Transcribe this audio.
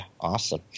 awesome